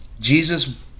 Jesus